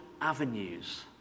avenues